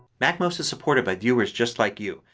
macmost is supported by viewers just like you.